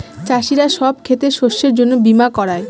চাষীরা সব ক্ষেতের শস্যের জন্য বীমা করায়